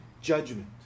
judgment